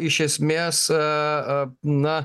iš esmės a na